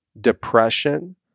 depression